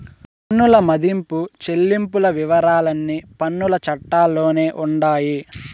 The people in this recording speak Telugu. పన్నుల మదింపు చెల్లింపుల వివరాలన్నీ పన్నుల చట్టాల్లోనే ఉండాయి